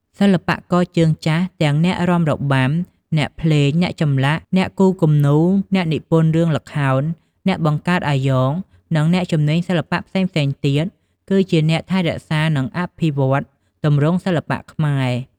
សិល្បករជើងចាស់ ទាំងអ្នករបាំ អ្នកភ្លេង អ្នកចម្លាក់ អ្នកគូរគំនូរ អ្នកនិពន្ធរឿងល្ខោន អ្នកបង្កើតអាយ៉ង និងអ្នកជំនាញសិល្បៈផ្សេងៗទៀតគឺជាអ្នកថែរក្សា និងអភិវឌ្ឍទម្រង់សិល្បៈខ្មែរ។